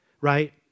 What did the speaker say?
right